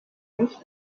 nicht